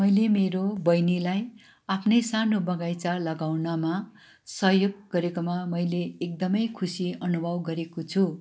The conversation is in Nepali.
मैले मेरो बहिनीलाई आफ्नै सानो बगैँचा लगाउनमा सहयोग गरेकोमा मैले एकदमै खुसी अनुभव गरेको छु